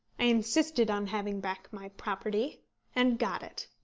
i insisted on having back my property and got it.